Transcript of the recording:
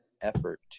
effort